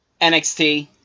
NXT